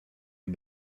les